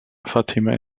fatima